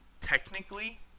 technically